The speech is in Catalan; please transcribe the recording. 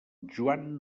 joan